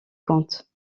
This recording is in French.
comte